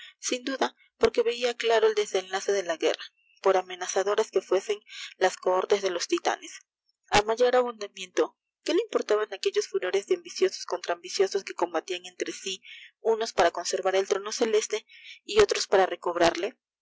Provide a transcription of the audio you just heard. sin duda por que veia claro el desenlace de la guerra por amenazadoras que fuesen las cohortes de los titanes a mayor abundamiento qué le importaban aquellos furores de ambiciosos contra amblcosos que combatían entre sí unos para conservar el trono celeste y otros para recobrarle